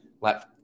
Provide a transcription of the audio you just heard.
let